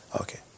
Okay